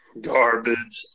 Garbage